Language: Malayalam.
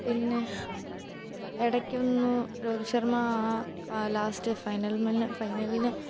പിന്നെ ഇടയ്ക്കൊന്നു രോഹിത് ശർമ ആ ലാസ്റ്റ് ഫൈനൽ മെല്ന് ഫൈനലിന്